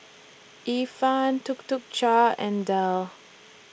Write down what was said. Ifan Tuk Tuk Cha and Dell